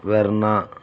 Verna